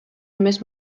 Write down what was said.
эмес